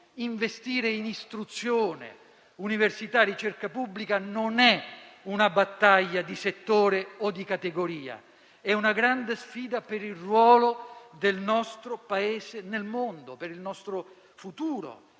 investire in istruzione, università e ricerca pubblica, non è una battaglia di settore o di categoria, ma una grande sfida per il ruolo del nostro Paese nel mondo, per il nostro futuro.